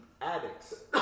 Addicts